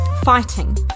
fighting